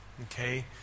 Okay